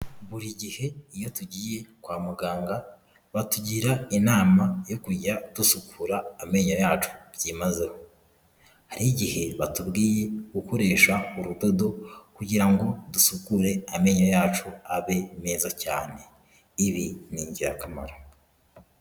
Buri gihe iyo tugiye kwa muganga batugira inama yo kujya dusukura amenyo yacu byimazeyo, hari igihe batubwiye gukoresha urudodo kugira ngo dusukure amenyo yacu abe meza cyane, ibi ni ingirakamaro.